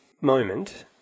moment